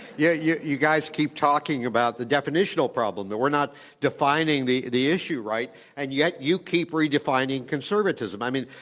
yeah you you guys keep talking about the definitional problem, but we're not defining the the issue right, and yet you keep redefining conservatism. i mean,